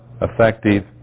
effective